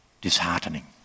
disheartening